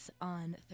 on